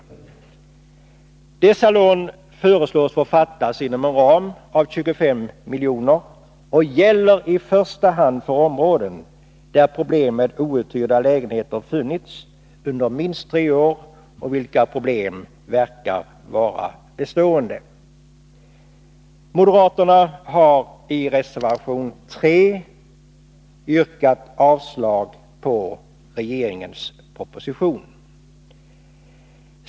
Beslut om dessa lån föreslås få fattas inom en ram av 25 milj.kr. och gäller i första hand för områden där problemen med outhyrda lägenheter har funnits under minst tre år och verkar vara bestående. Moderaterna har i reservation 3 yrkat avslag på regeringsförslaget.